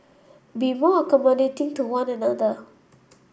be more accommodating to one another